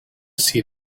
see